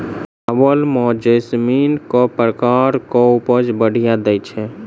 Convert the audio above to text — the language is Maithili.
चावल म जैसमिन केँ प्रकार कऽ उपज बढ़िया दैय छै?